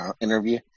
interview